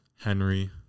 Henry